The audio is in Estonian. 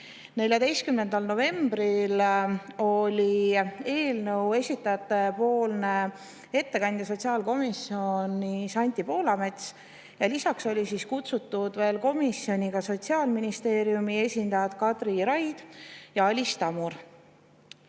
14. novembril oli eelnõu esitajate ettekandja sotsiaalkomisjonis Anti Poolamets, lisaks olid kutsutud komisjoni Sotsiaalministeeriumi esindajad Kadri Raid ja Alis Tammur.